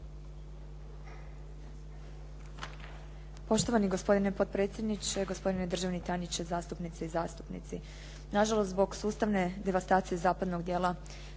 Poštovani gospodine potpredsjedniče, gospodine državni tajniče, zastupnice i zastupnici. Nažalost, zbog sustavne devastacije zapadnog dijela